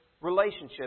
relationship